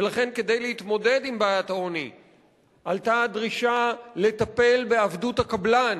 ולכן כדי להתמודד עם בעיית העוני עלתה הדרישה לטפל בעבדות הקבלן,